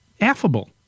affable